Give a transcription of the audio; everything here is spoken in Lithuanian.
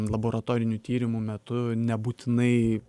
laboratorinių tyrimų metu nebūtinai